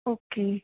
okay